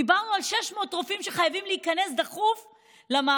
דיברנו על 600 רופאים שחייבים להיכנס דחוף למערכת,